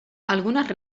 algunes